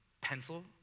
pencil